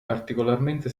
particolarmente